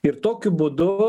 ir tokiu būdu